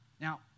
Now